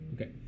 Okay